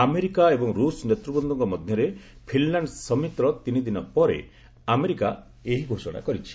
America ଏବଂ ରୁଷ ନେତୃବୃନ୍ଦଙ୍କ ମଧ୍ୟରେ ଫିନିଲାଣ୍ଡ ସମିଟ୍ର ତିନି ଦିନ ପରେ ଆମେରିକା ଏହି ଘୋଷଣା କରିଛି